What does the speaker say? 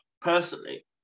personally